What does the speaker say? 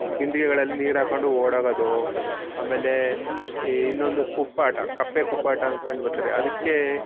ಬಿಂದಿಗೆಗಳಲ್ಲಿ ನೀರು ಹಾಕ್ಕೊಂಡು ಓಡೋಗೋದು ಆಮೇಲೆ ಈ ಇನ್ನೊಂದು ಕುಪ್ಪಾಟ ಕಪ್ಪೆ ಕುಪ್ಪಾಟ ಅಂದ್ಕೊಂಡು ಬರ್ತಾರೆ ಅದಕ್ಕೆ